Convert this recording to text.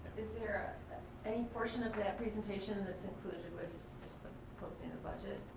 is there any portion of that presentation that's included with just the posting of the budget